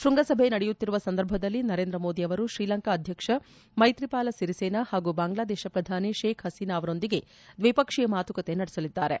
ಶೃಂಗಸಭೆ ನಡೆಯುತ್ತಿರುವ ಸಂದರ್ಭದಲ್ಲಿ ನರೇಂದ್ರ ಮೋದಿ ಅವರು ಶ್ರೀಲಂಕಾ ಅಧ್ಯಕ್ಷ ಮೈತ್ರಿಪಾಲ ಸಿರಿಸೇನಾ ಹಾಗೂ ಬಾಂಗ್ಲಾದೇಶ ಪ್ರಧಾನಿ ಶೇಖ್ ಹಸೀನಾ ಅವರೊಂದಿಗೆ ದ್ವಿಪಕ್ಷೀಯ ಮಾತುಕತೆ ನಡೆಸಲಿದ್ದಾರೆ